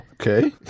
Okay